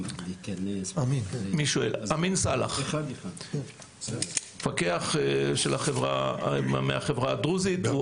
אמין סלאח, מפקח מהחברה הדרוזית.